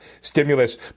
stimulus